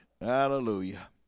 Hallelujah